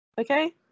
Okay